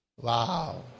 Wow